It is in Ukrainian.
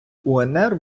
унр